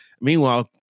Meanwhile